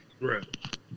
Right